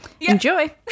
Enjoy